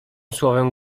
słowem